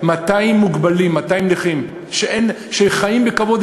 200 נכים, 200 מוגבלים שחיים בכבוד.